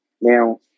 Now